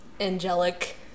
angelic